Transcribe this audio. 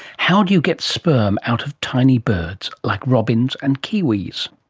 how do you get sperm out of tiny birds, like robins and kiwis?